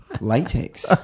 latex